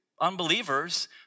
unbelievers